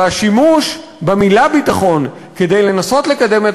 והשימוש במילה ביטחון כדי לנסות לקדם את